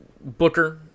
booker